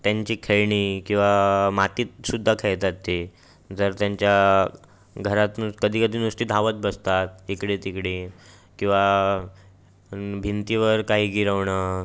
त्यांची खेळणी किंवा मातीतसुद्धा खेळतात ते जर त्यांच्या घरातूनच कधीकधी नुसती धावत बसतात इकडेतिकडे किंवा भिंतीवर काही गिरवणं